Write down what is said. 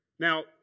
Now